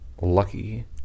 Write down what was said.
lucky